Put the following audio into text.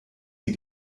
sie